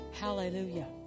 Hallelujah